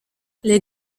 les